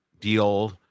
deal